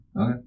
Okay